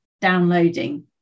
downloading